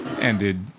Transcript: ended